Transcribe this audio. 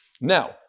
Now